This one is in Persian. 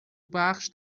بخش